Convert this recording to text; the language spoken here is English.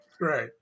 right